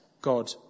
God